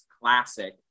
classic